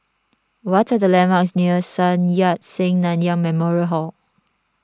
what are the landmarks near Sun Yat Sen Nanyang Memorial Hall